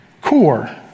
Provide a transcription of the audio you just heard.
core